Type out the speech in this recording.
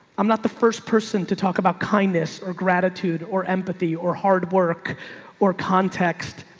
i'm not the first person to talk about kindness or gratitude or empathy or hard work or context.